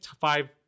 five